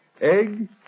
egg